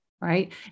Right